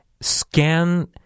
scan